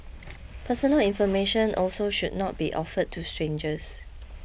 personal information also should not be offered to strangers